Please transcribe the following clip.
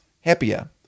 happier